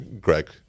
Greg